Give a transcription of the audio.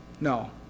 No